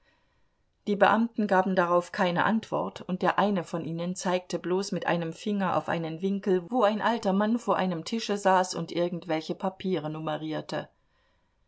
die beamten gaben darauf keine antwort und der eine von ihnen zeigte bloß mit einem finger auf einen winkel wo ein alter mann vor einem tische saß und irgendwelche papiere numerierte